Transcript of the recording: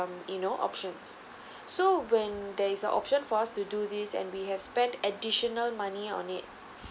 um you know options so when there is a option for us to do this and we have spent additional money on it